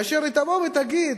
שתבוא ותגיד: